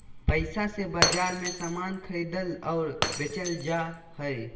पैसा से बाजार मे समान खरीदल और बेचल जा हय